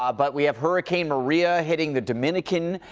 ah but we have hurricane maria hitting the dominican,